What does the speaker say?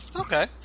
Okay